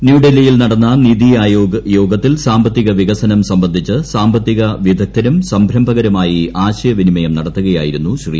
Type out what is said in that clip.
ന്യൂഡൽഹിയിൽ നടന്ന നിതി ആയോഗ് യോഗത്തിൽ സാമ്പത്തിക വികസനം സംബന്ധിച്ച് സാമ്പത്തിക വിദഗ്ധരും സംരംഭകരുമായി ആശയവിനിമയം നടത്തുകയായിരുന്നു ശ്രീ